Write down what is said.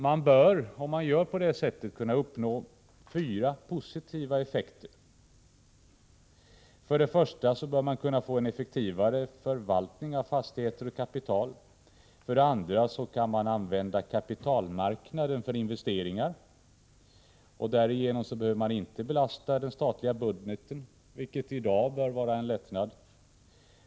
På det sättet bör man kunna uppnå fyra positiva effekter: För det första bör man kunna få en effektivare förvaltning av fastigheter och kapital. För det andra kan man använda kapitalmarknaden för investeringar. Därigenom behöver man inte belasta den statliga budgeten, vilket i dag bör vara en lättnad.